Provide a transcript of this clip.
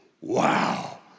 wow